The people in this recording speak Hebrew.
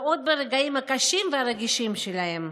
ועוד ברגעים הקשים והרגישים שלהם.